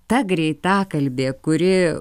ta greitakalbė kuri